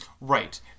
Right